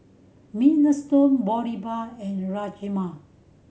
Minestrone Boribap and Rajma